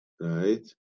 Right